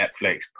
Netflix